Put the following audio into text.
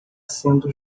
sendo